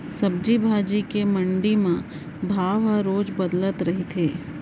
सब्जी भाजी के मंडी म भाव ह रोज बदलत रहिथे